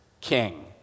king